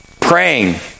Praying